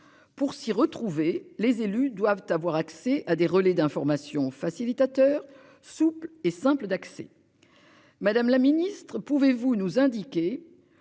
Pour s'y retrouver. Les élus doivent avoir accès à des relais d'information facilitateur souples et simples d'accès. Madame la ministre, pouvez-vous nous indiquer.